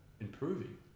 improving